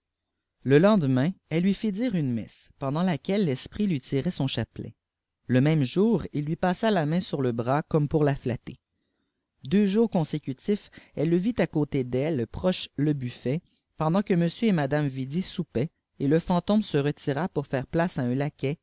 le lendemain elle hii fit dire une messe pendant laquelle l'esprit lui tirait son chapelet le même jour il lui passa la main sur le bras comme poui la flatter deux jours consécutifiâ elle le vit à côté d'elle proche le buffet pendant que m et madame vidi soupaient et le fantôme de retira pour faire place à un laquais